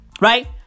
right